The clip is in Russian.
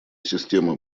система